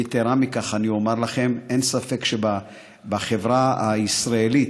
יתרה מכך אומר לכם: אין ספק שבחברה הישראלית,